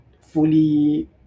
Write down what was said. fully